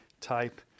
type